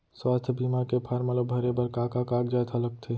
स्वास्थ्य बीमा के फॉर्म ल भरे बर का का कागजात ह लगथे?